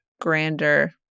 grander